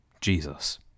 Jesus